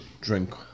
drink